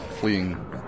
fleeing